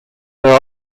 there